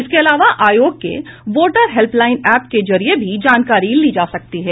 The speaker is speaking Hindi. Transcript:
इसके अलावा आयोग के वोटर हेल्पलाइन एप के जरिये भी जानकारी ली जा सकती है